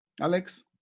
Alex